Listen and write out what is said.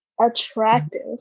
attractive